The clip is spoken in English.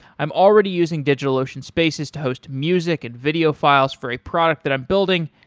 i'm already using digitalocean spaces to host music and video files for a product that i'm building,